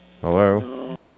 Hello